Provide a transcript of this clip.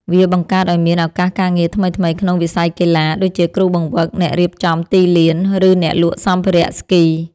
វាបង្កើតឱ្យមានឱកាសការងារថ្មីៗក្នុងវិស័យកីឡា ដូចជាគ្រូបង្វឹក អ្នករៀបចំទីលាន ឬអ្នកលក់សម្ភារៈស្គី។